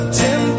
ten